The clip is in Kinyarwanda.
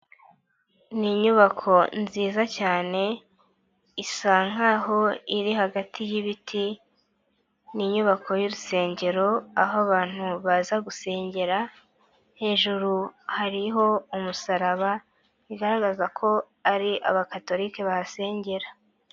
Ni inyubako nziza cyane isa nkaho iri hagati y'ibiti, ni nyubako y'urusengero aho abantu baza gusengera hejuru hariho umusaraba igaragaza ko ari abakatolike bahasengera.